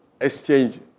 exchange